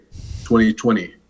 2020